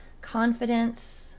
confidence